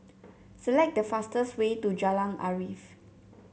select the fastest way to Jalan Arif